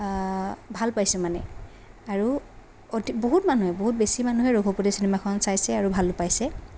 ভাল পাইছোঁ মানে আৰু অতি বহুত মানুহে বহুত বেছি মানুহে ৰঘুপতি চিনেমাখন চাইছে আৰু ভালো পাইছে